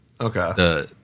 Okay